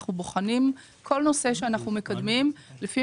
אנחנו בוחנים כל נושא שאנחנו מקדמים לפי